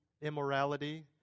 immorality